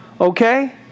Okay